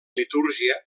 litúrgia